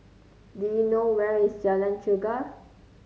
do you know where is Jalan Chegar